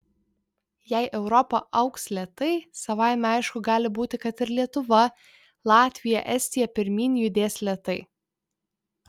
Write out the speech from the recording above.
jei europa augs lėtai savaime aišku gali būti kad ir lietuva latvija estija pirmyn judės lėtai